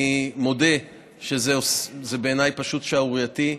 אני מודה שזה בעיניי שערורייתי,